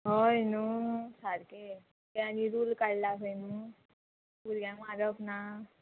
हय न्हू सारकें तें आनी रूल काडला खंय न्हू भुरग्यांक मारप ना